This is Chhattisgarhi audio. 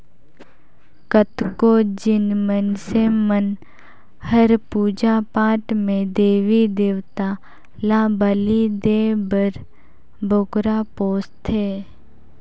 कतको झिन मइनसे मन हर पूजा पाठ में देवी देवता ल बली देय बर बोकरा पोसथे